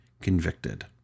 convicted